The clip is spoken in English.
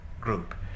group